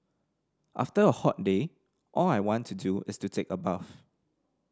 after a hot day all I want to do is to take a bath